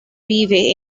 vive